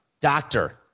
doctor